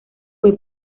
fue